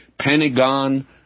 Pentagon